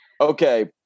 Okay